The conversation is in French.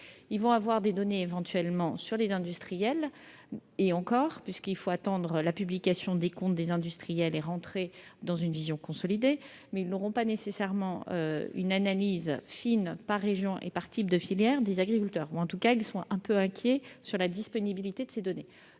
des données sur les prix et, éventuellement, sur les industriels ; et encore : il faut attendre la publication des comptes des industriels et entrer dans une vision consolidée ! Mais ils n'auront pas nécessairement une analyse fine par région et par type de filière des agriculteurs. En tout cas, ils sont un peu inquiets quant à la disponibilité de ces données.